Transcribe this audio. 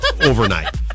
overnight